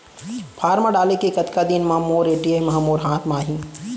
Form डाले के कतका दिन बाद मोर ए.टी.एम ह मोर हाथ म आही?